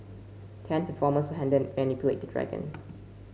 ten performers will handle and manipulate the dragon